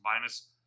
minus